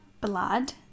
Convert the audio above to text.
blood